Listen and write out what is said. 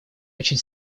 очень